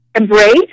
embrace